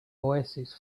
oasis